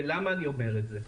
ולמה אני אומר את זה?